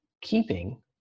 keeping